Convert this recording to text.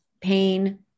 pain